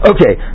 Okay